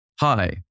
hi